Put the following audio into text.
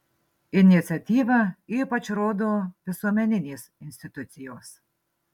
iniciatyvą ypač rodo visuomeninės institucijos